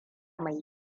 mai